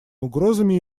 угрозами